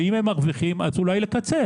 ואם הם מרוויחים אז אולי לקצץ.